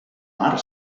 mar